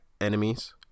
enemies